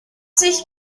sich